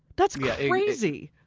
that's crazy!